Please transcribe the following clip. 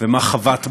ומה חבט בה,